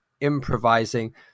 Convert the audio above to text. improvising